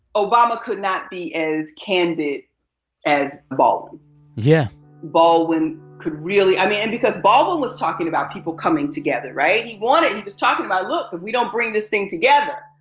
obama could not be as candid as baldwin yeah baldwin could really i mean, and because baldwin was talking about people coming together, right? he wanted he was talking about, look. if we don't bring this thing together,